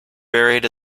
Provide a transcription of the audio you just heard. buried